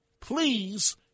please